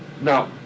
Now